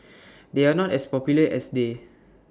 they are not as popular as they